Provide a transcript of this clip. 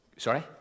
Sorry